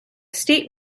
state